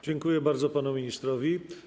Dziękuję bardzo panu ministrowi.